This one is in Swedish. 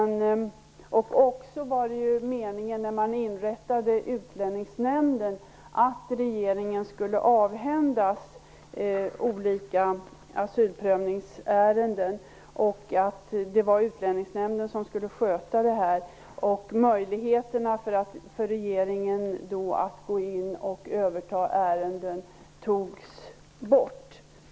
När Utlänningsnämnden inrättades var det meningen att regeringen skulle avhändas olika asylprövningsärenden och att Utlänningsnämnden skulle handha frågorna. Möjligheterna för regeringen att gå in och överta ärenden togs bort.